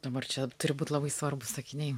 dabar čia turi būt labai svarbūs sakiniai